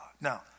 Now